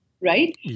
right